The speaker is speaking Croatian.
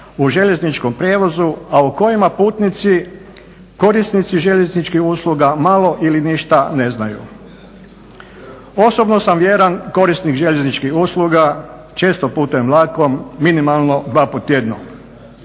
u željezničkom prijevozu a o kojima putnici korisnici željezničkih usluga malo ili ništa ne znaju. Osobno sam vjeran korisnik željezničkih usluga, često putujem vlakom minimalno 2 puta tjedno.